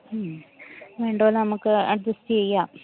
മ്മ് rent നമുക്ക് adjust ചെയ്യാം